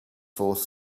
force